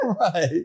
Right